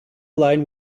line